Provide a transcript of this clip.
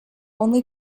only